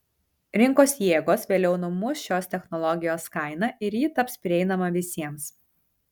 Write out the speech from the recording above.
rinkos jėgos vėliau numuš šios technologijos kainą ir ji taps prieinama visiems